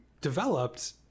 developed